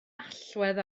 allwedd